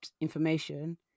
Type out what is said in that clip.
information